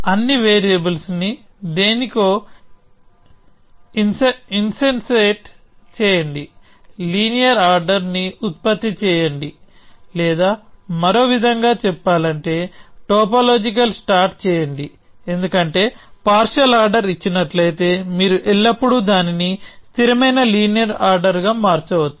అన్ని వేరియబుల్స్ ని దేనికో ఇన్సెన్సేట్ చేయండి లీనియర్ ఆర్డర్ ని ఉత్పత్తి చేయండి లేదా మరో విధంగా చెప్పాలంటే టోపోలాజికల్ సార్ట్ చేయండి ఎందుకంటే పార్షియల్ ఆర్డర్ ఇచ్చినట్లయితే మీరు ఎల్లప్పుడూ దానిని స్థిరమైన లీనియర్ ఆర్డర్ గా మార్చవచ్చు